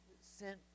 sent